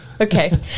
Okay